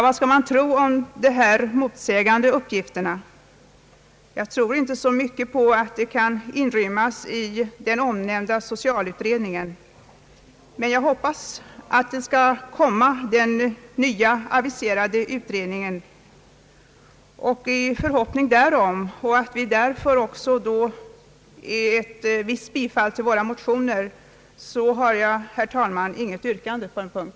Vad skall man tro om dessa motsägande uppgifter? Jag tror inte så mycket på att frågan kan inrymmas i socialutredningen men hoppas på den aviserade nya utredningen. Av denna anledning och i förhoppningen om att våra motionsyrkanden då också skall tillmötesgås har jag, herr talman, intet yrkande på denna punkt.